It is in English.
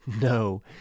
No